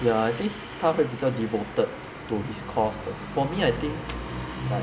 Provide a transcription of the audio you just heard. ya I think 他会比较 devoted to his because 的 for me I think